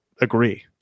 agree